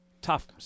tough